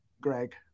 Greg